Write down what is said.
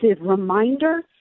reminder